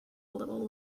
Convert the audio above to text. little